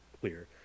clear